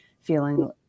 feeling